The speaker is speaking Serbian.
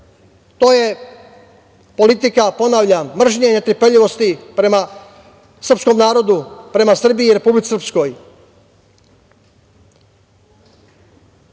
To je politika, ponavljam mržnje i netrpeljivosti prema Srpskom narodu, prama Srbiji, Republici Srpskoj. Ja